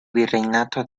virreinato